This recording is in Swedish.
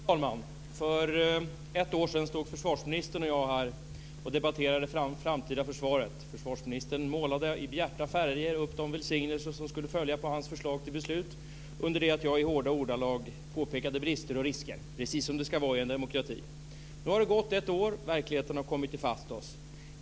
Fru talman! För ett år sedan stod försvarsministern och jag här och debatterade det framtida försvaret. Försvarsministern målade i bjärta färger upp de välsignelser som skulle följa på hans förslag till beslut under det att jag i hårda ordalag påpekade brister och risker - precis som det ska vara i en demokrati. Nu har det gått ett år. Verkligheten har kommit i fatt oss.